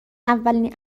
اولین